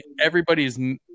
everybody's